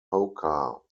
poker